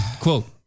Quote